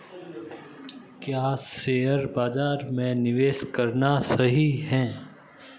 क्या शेयर बाज़ार में निवेश करना सही है?